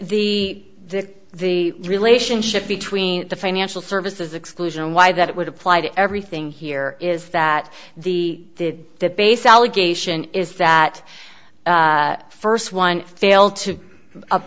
the the the relationship between the financial services exclusion and why that would apply to everything here is that the debased allegation is that first one failed to u